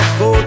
go